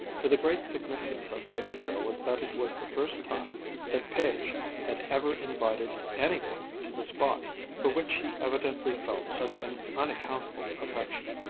for the great significance of the affair was that it was the first time that page had ever invited any one to the spot for which he evidently felt such an unaccountable affection.